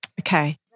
Okay